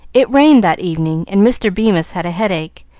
it rained that evening, and mr. bemis had a headache,